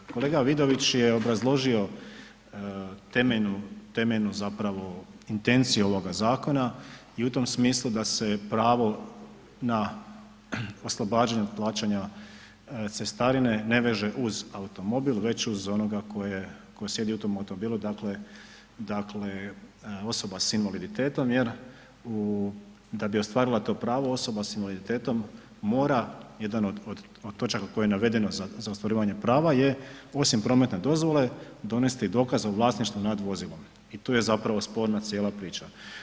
Kolega Vidović je obrazložio temeljnu, temeljnu zapravo intenciju ovoga zakona i u tom smislu da se pravo na oslobađanje od plaćanja cestarine ne veže uz automobil već uz onoga ko je, ko sjedi u tom automobilu, dakle, dakle osoba s invaliditetom jer u, da bi ostvarila to pravo osoba s invaliditetom mora jedan od, od, od točaka koje je navedeno za, za ostvarivanje prava je osim prometne dozvole, donesti i dokaz o vlasništvu nad vozilom i tu je zapravo sporna cijela priča.